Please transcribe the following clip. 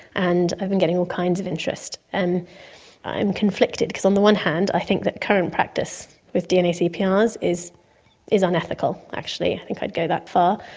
and i've been getting all kinds of interest. and i'm conflicted, because on the one hand i think that current practice with dnacprs ah is is unethical actually, i think i'd go that far,